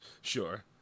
Sure